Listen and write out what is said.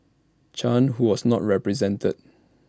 chan who was not represented